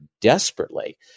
desperately